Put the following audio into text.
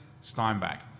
Steinbach